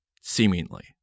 seemingly